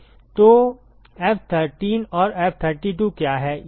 तो F13 और F32 क्या है